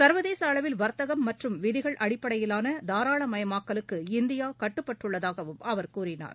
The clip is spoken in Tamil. சர்வதேச அளவில் வர்த்தகம் மற்றும் விதிகள் அடிப்படையிலாள தாராளமயமாக்கலுக்கு இந்தியா கட்டுப்பட்டுள்ளதாகவும் அவர் கூறினார்